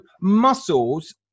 muscles